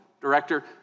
Director